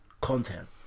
content